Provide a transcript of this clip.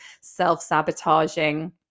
self-sabotaging